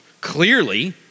clearly